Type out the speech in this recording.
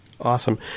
Awesome